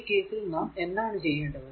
ഈ കേസിൽ നാം എന്താണ് ചെയ്യേണ്ടത്